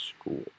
school